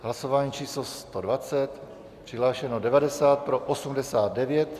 Hlasování číslo 120, přihlášeno je 90, pro 89.